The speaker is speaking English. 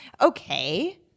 Okay